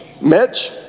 mitch